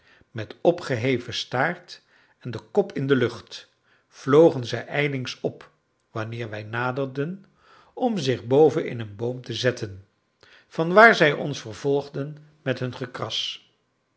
met opgeheven staart en den kop in de lucht vlogen zij ijlings op wanneer wij naderden om zich boven in een boom te zetten vanwaar zij ons vervolgden met hun gekras